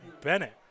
Bennett